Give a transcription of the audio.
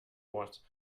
boards